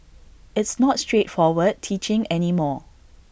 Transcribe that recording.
it's not straightforward teaching any more